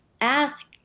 ask